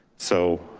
so,